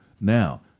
Now